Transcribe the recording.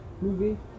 movie